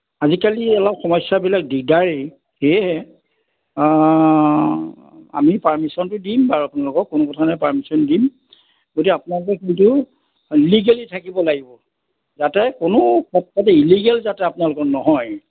আজিকালি অলপ সমস্যাবিলাক দিগদাৰেই সেয়েহে আমি পাৰ্মিশ্যনটো দিম বাৰু আপোনালোকক কোনো কথা নাই পাৰ্মিশ্যন দিম গতিকে আপোনালোকে কিন্তু লিগেলি থাকিব লাগিব যাতে কোনো পক্ষতেই ইলিগেল যাতে আপোনালোকৰ নহয়